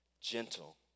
gentle